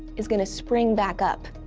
is going to spring back up.